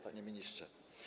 Panie Ministrze!